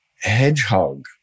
hedgehog